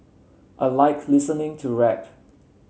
I like listening to rap